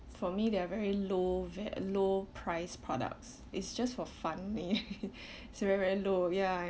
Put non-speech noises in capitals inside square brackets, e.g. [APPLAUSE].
for me there are very low very low price products it's just for fun eh [LAUGHS] it's very very low ya